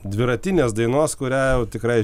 dviratinės dainos kurią jau tikrai